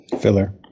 Filler